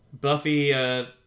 Buffy